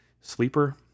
Sleeper